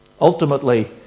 Ultimately